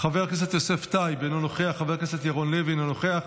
חבר הכנסת יוסף טייב, אינו נוכח,